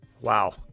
Wow